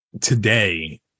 today